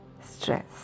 stress